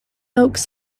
oaks